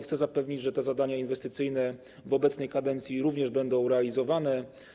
Chcę zapewnić, że te zadania inwestycyjne w obecnej kadencji również będą realizowane.